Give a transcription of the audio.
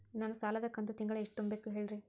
ನನ್ನ ಸಾಲದ ಕಂತು ತಿಂಗಳ ಎಷ್ಟ ತುಂಬಬೇಕು ಹೇಳ್ರಿ?